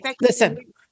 listen